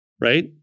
Right